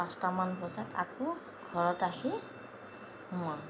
পাঁচটামান বজাত আকৌ ঘৰত আহি সোমাওঁ